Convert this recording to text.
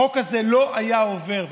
החוק הזה לא היה עובר.